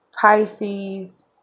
Pisces